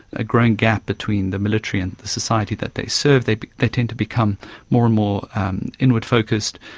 a growing gap between the military and the society that they serve. they they tend to become more and more inward-focused.